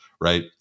right